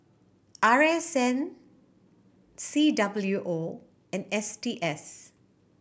R S N C W O and S T S